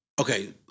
Okay